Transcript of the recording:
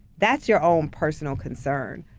that's your own personal concern.